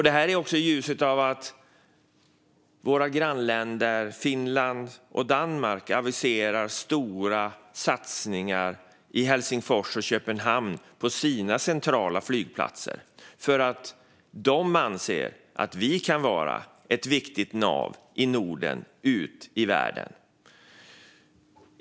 Detta ska ses i ljuset av att våra grannländer Finland och Danmark aviserar stora satsningar i Helsingfors och Köpenhamn på sina centrala flygplatser för att de anser att de kan vara viktiga nav i Norden för resor ut i världen.